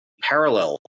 parallel